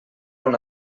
una